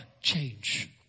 change